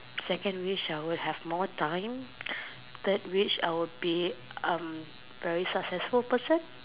second wish I would have more time third wish I would be um very successful person